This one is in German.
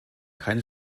keine